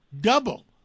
double